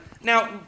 Now